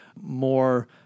more